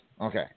Okay